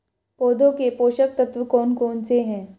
पौधों के पोषक तत्व कौन कौन से हैं?